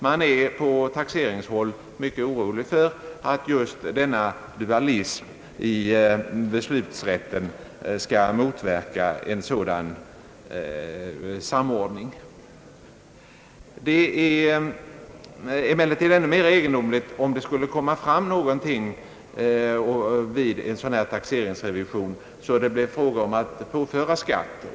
Man är på taxeringshåll mycket orolig för att denna dualism i beslutsrätten skall motverka en sådan samordning. Det blir emellertid ännu mera egendomligt, om det vid en sådan taxcringsrevision skulle komma fram någonting som gör att det blir fråga om att påföra högre skatt.